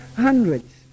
hundreds